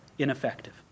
ineffective